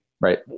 right